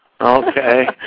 Okay